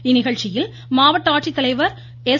இந்நிகழ்ச்சியில் மாவட்ட ஆட்சித்தலைவர் எஸ்